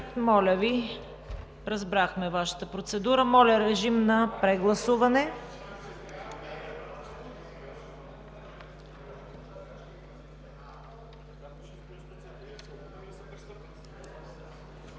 моля Ви! Разбрахме Вашата процедура. Моля, режим на прегласуване.